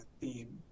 theme